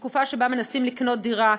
זו תקופה שבה מנסים לקנות דירה,